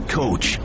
coach